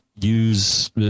use